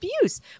abuse